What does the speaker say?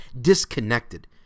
disconnected